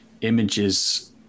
images